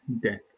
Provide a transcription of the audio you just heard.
death